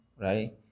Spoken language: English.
right